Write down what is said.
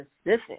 specific